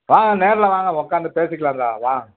வாங்க நேரில் வாங்க உட்காந்து பேசிக்கலாம் சார் வாங்க